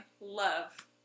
love